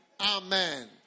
Amen